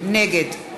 נגד